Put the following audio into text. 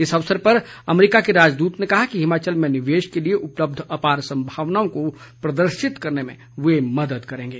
इस अवसर पर अमेरिका के राजदूत ने कहा कि हिमाचल में निवेश के लिए उपलब्ध अपार संभावनाओं को प्रदर्शित करने में वे मदद करेंगे